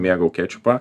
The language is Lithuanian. mėgau kečupą